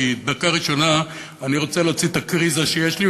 כי בדקה הראשונה אני רוצה להוציא את הקריזה שיש לי,